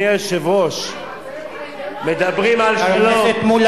ברוב מדינות העולם,